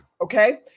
Okay